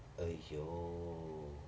!aiyo!